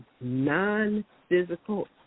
non-physical